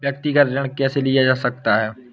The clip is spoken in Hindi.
व्यक्तिगत ऋण कैसे लिया जा सकता है?